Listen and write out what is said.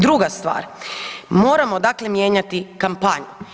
Druga stvar, moramo dakle mijenjati kampanju.